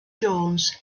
jones